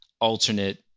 alternate